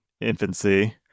infancy